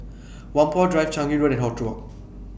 Whampoa Drive Changi Road and